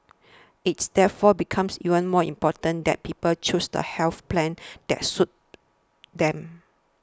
it's therefore becomes even more important that people choose the health plan that suits them